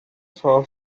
saw